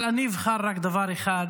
אני אבחר רק דבר אחד